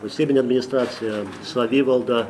valstybinė administracija savivalda